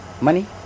money